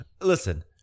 Listen